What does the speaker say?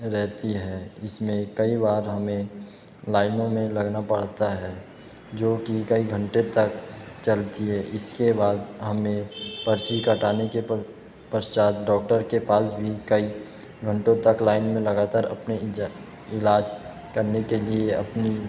रहती है इसमें कई बार हमें लाइनों में लगना पड़ता है जो कि कई घंटें तक चलती है इसके बाद हमें पर्ची कटाने के पश्चात डौक्टर के पास भी कई घंटों तक लाइन में लगातार अपने इलाज करने के लिए अपनी